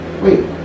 wait